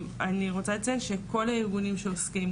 אני רוצה לציין שכל הארגונים שעוסקים,